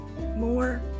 more